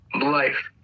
Life